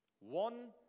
One